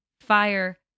fire